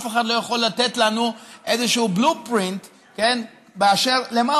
אף אחד לא יכול לתת לנו איזשהו blueprint באשר למה